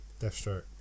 Deathstroke